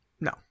No